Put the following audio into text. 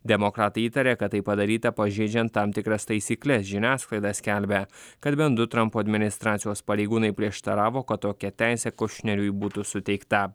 demokratai įtaria kad tai padaryta pažeidžiant tam tikras taisykles žiniasklaida skelbia kad bent du trampo administracijos pareigūnai prieštaravo kad tokia teisė kušneriui būtų suteikta